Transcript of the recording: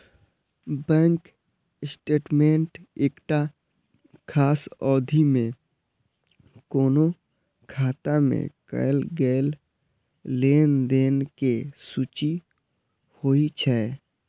bank statement एकटा खास अवधि मे कोनो खाता मे कैल गेल लेनदेन के सूची होइ छै